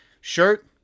shirt